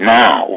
now